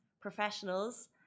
professionals